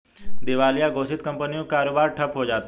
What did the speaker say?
दिवालिया घोषित कंपनियों का कारोबार ठप्प हो जाता है